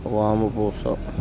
వాము పూస